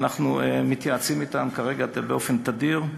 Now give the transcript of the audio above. אנחנו מתייעצים אתם, כרגע זה באופן תדיר: